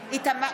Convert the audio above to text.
ברקת,